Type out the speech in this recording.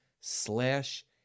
slash